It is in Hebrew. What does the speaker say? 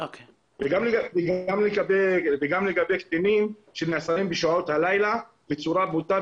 וגם לגבי קטינים שנעצרים בשעות הלילה בצורה בוטה,